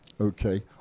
okay